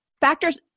Factors